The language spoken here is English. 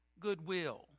goodwill